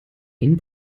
einen